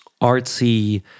artsy